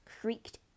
creaked